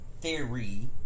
theory